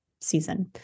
season